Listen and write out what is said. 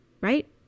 right